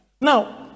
Now